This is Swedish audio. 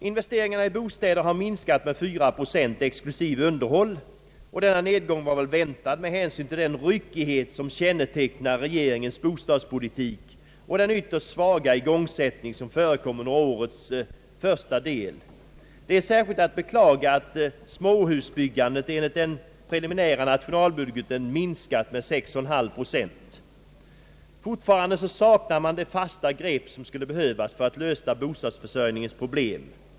Investeringarna i bostäder har minskat med 4 procent, exklusive underhåll, och denna nedgång var väl väntad med hänsyn till den ryckighet som kännetecknar regeringens bostadspolitik och den ytterst svaga igångsättning som förekom under årets första del. Det är särskilt att beklaga att småhusbyggandet enligt den preliminära nationalbudgeten har minskat med 6,5 procent. Fortfarande saknar man det fasta grepp som skulle behövas för att lösa bostadsförsörjningens problem.